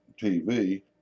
TV